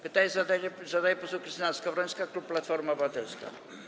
Pytanie zadaje poseł Krystyna Skowrońska, klub Platforma Obywatelska.